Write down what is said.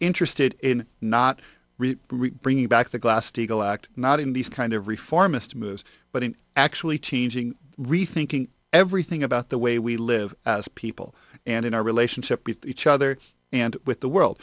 interested in not bringing back the glass steagall act not in these kind of reformist moves but actually changing rethinking everything about the way we live as people and in our relationship with each other and with the world